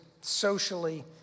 socially